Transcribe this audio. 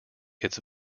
its